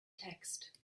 text